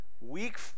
week